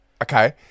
Okay